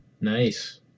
Nice